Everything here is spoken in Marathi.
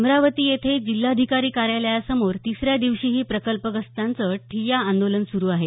अमरावती येथे जिल्हाधिकारी कार्यालयासमोर तिसऱ्या दिवशीही प्रकल्प ग्रस्तांचं ठिय्या आंदोलन सुरू आहे